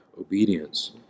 obedience